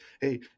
hey